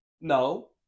No